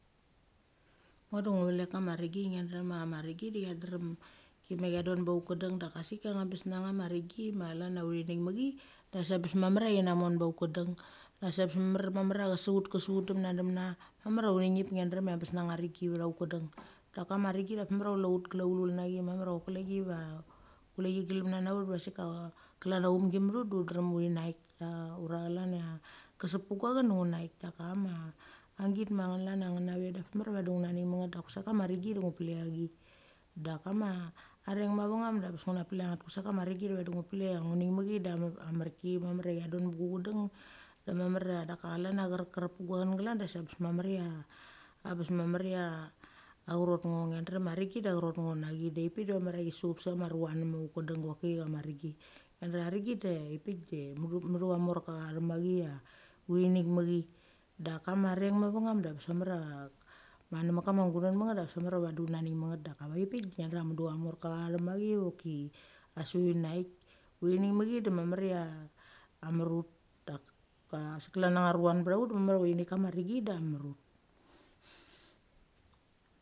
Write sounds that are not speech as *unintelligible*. Ngo da uvelk kama renggi ngia drem cha chama renggi de cha drem kima cha don pa ut kedeng da ka sik ka ngnbes nachama renggi ma chalan i uthi nik machi, da sik abes mamar ia chi namon ba ut kedeng. Da sik bes mamar *hesitation* chasek ut *hesitation* demna *hesitation* mamar cha uthi nep ngia drem cha abes nacha renggi vecho ut kedeng. Dakama renggi da bes mamar chia chule ut glaulu nachi mamar a chok kule va, kule chi glemna naut va sik kalan cha auchumgi ma ut de ut drem uthinaek *unintelligible* ura chlan cha kesek pa guachen da ngunaek daka chama a vik ma chlan *unintelligible* abes mamar cha ngia nik ma nget da kusek kama renggi da ugu pelek cha thi. Dakama areng mavenem de bes uguna belek cha nget kusek kama renggi de vadi ngu pelek cha ugunik mechi da marki mamar chia dung mek du cha deng da mamar. Daka chlan cha cherek *hesitation* pa duchan glen da sik abes mamar chia *hesitation* a charot ngo ngia drem cha a renggi da acharot ngo nachi. Davek pik de mamar cha chi sup sa ma ruvan nemen guchadeng a vek pik ama renggi. Ngia dra a renggi *unintelligible* mudu a morka cha thek mechi cha uchi nek mechi. Da kama reng mavengum da bes mamar ma netha met kama guneng metnget abes mamar cha vadi unanik ma nget da a vet pik de ngia dra mudu cha morka cha thek machi choki, a sikm uchi nek uchi nik mechi de mamar ia amarut. Dak *unintelligible* mamar cha uchi nik kama renggi da marut.